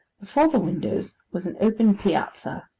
before the windows was an open piazza,